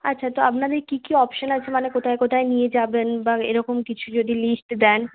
আচ্ছা তো আপনাদের কী কী অপশান আছে মানে কোথায় কোথায় নিয়ে যাবেন বা এরকম কিছু যদি লিস্ট দেন